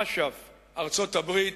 אש"ף, ארצות-הברית,